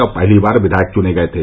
और पहली बार विधायक चुने गये थे